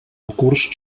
curs